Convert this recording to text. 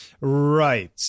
Right